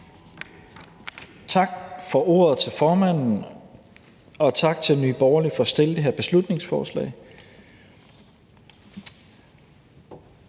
Tak til formanden for ordet, og tak til Nye Borgerlige for at fremsætte det her beslutningsforslag,